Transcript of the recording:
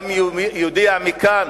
יודיע מכאן